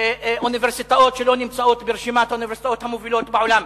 אוניברסיטאות שלא נמצאות ברשימת האוניברסיטאות המובילות בעולם,